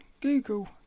Google